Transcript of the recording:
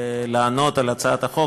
ולענות על הצעת החוק.